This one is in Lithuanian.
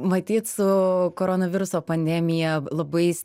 matyt su koronaviruso pandemija labai